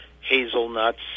hazelnuts